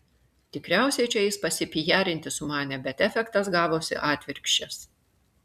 tikriausiai čia jis pasipijarinti sumanė bet efektas gavosi atvirkščias